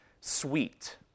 sweet